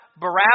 Barabbas